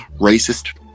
racist